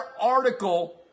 article